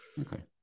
okay